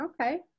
okay